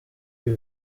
ibi